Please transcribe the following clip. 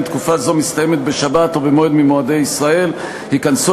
אם תקופה זו מסתיימת בשבת או במועד ממועדי ישראל ייכנסו